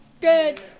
Good